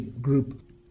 group